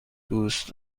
دوست